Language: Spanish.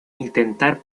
intentar